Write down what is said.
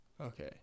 Okay